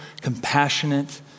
compassionate